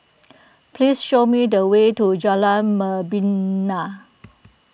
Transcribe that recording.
please show me the way to Jalan Membina